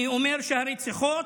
אני אומר שהרציחות